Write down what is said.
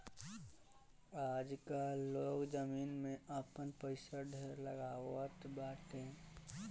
आजकाल लोग जमीन में आपन पईसा ढेर लगावत बाटे